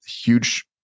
huge